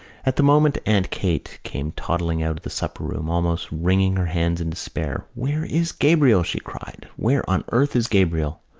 at the moment aunt kate came toddling out of the supper-room, almost wringing her hands in despair. where is gabriel? she cried. where on earth is gabriel?